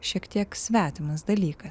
šiek tiek svetimas dalykas